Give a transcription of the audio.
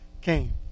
came